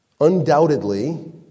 Undoubtedly